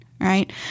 Right